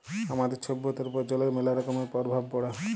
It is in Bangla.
আমাদের ছভ্যতার উপর জলের ম্যালা রকমের পরভাব পড়ে